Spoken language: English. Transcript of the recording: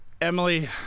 Emily